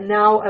now